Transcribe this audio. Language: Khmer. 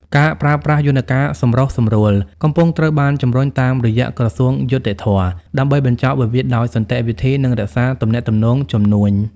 ការប្រើប្រាស់ "យន្តការសម្រុះសម្រួល" កំពុងត្រូវបានជម្រុញតាមរយៈក្រសួងយុត្តិធម៌ ដើម្បីបញ្ចប់វិវាទដោយសន្តិវិធី និងរក្សាទំនាក់ទំនងជំនួញ។